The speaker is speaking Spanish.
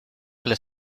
les